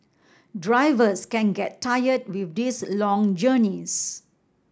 drivers can get tired with these long journeys